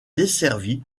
desservi